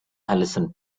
allison